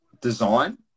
design